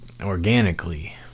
organically